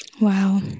wow